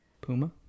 Puma